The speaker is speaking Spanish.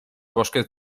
bosques